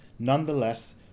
Nonetheless